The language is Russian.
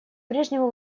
прежнему